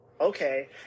okay